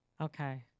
Okay